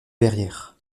verrières